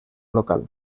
local